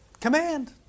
Command